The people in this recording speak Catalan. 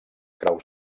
graus